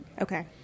Okay